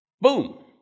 Boom